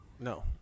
No